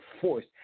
force